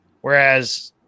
Whereas